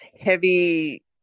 heavy